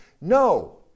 No